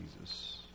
Jesus